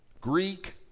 Greek